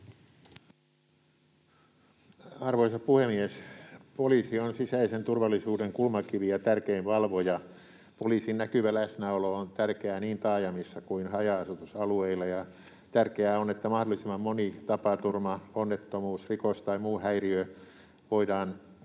Arvoisa puhemies! Poliisi on sisäisen turvallisuuden kulmakivi ja tärkein valvoja. Poliisin näkyvä läsnäolo on tärkeää niin taajamissa kuin haja-asutusalueilla, ja tärkeää on, että mahdollisimman moni tapaturma, onnettomuus, rikos tai muu häiriö voidaan estää.